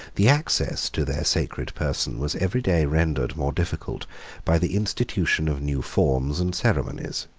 the access to their sacred person was every day rendered more difficult by the institution of new forms and ceremonies.